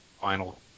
Final